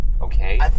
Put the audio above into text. okay